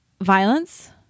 violence